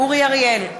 אורי אריאל,